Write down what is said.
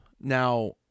Now